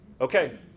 okay